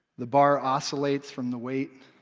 the bar oscillates from the weight